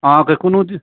अहाँके कोनो